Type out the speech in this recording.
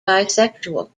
bisexual